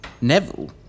Neville